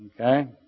Okay